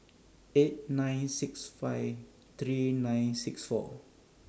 eight nine six five three nine six four